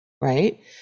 Right